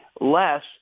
less